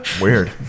weird